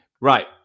Right